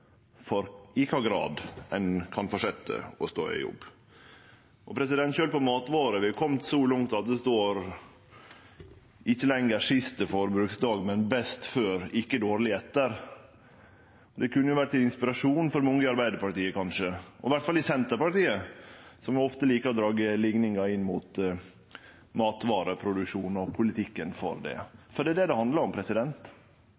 for i kva grad ein kan fortsetje å stå i jobb. Sjølv på matvarer er vi komne så langt at det ikkje lenger står siste forbruksdag, men best før, ikkje dårleg etter. Det kunne kanskje vore til inspirasjon for mange i Arbeidarpartiet, og iallfall i Senterpartiet, som ofte likar å dra likningar inn mot matmatvareproduksjon og politikken for